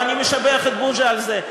ואני משבח את בוז'י על זה.